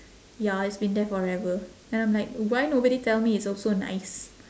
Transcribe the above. ya it's been there forever and I'm like why nobody tell me it's also nice